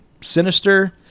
Sinister